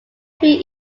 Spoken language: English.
few